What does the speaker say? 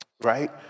right